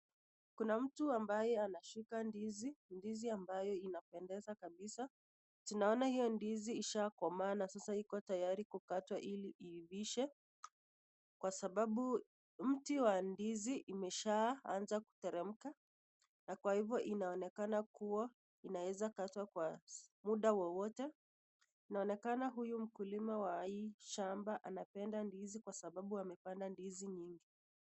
Kuna mtu ambaye anashika ndizi, ndizi ambayo inapendeza kabisa, tunaona hio ndizi ishaakomaa na sasa iko tayari kukatwa ilivishe, kwa sababu mti wa ndizi umeshaanza kuteremka kwahivi inaonekana kuwa inaeza katwa kwa muda wowote, inaonekana huyu mkulima wa hii shamba anapenda ndizi kwa sababu amepanda ndizi nyingi sana.